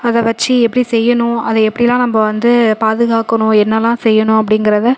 அதை வச்சி எப்படி செய்யணும் அதை எப்படிலாம் நம்ம வந்து பாதுகாக்கணும் என்னலாம் செய்யணும் அப்படிங்கிறத